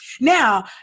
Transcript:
now